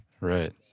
Right